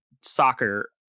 soccer